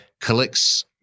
collects